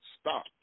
Stop